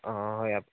অঁ অঁ হয়